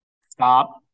stop